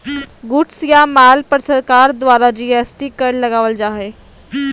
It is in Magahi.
गुड्स या माल पर सरकार द्वारा जी.एस.टी कर लगावल जा हय